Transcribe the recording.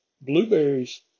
Blueberries